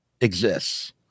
exists